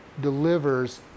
delivers